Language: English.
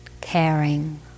caring